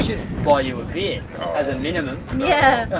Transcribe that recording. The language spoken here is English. buy you a beer as a minimum, yeah